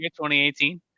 2018